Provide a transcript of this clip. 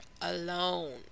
alone